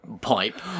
pipe